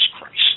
Christ